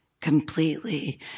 completely